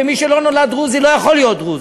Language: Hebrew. ומי שלא נולד דרוזי לא יכול להיות דרוזי.